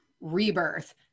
rebirth